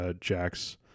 Jack's